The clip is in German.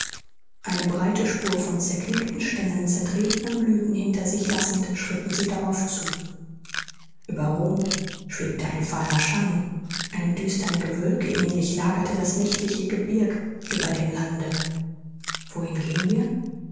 eine breite spur von zerknickten stengeln zertretenen blüthen hinter sich lassend schritten sie darauf zu ueber rom schwebte ein fahler schein einem düstern gewölke ähnlich lagerte das nächtliche gebirg über dem lande wohin gehen wir